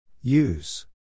Use